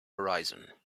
horizon